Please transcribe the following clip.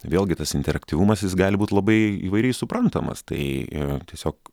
vėlgi tas interaktyvumas jis gali būti labai įvairiai suprantamas tai tiesiog